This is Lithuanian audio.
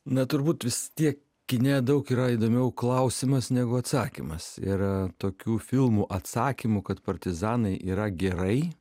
na turbūt visi tiek kine daug yra įdomiau klausimas negu atsakymas ir tokių filmų atsakymų kad partizanai yra gerai